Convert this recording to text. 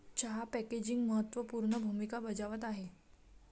चहा पॅकेजिंग महत्त्व पूर्ण भूमिका बजावत आहे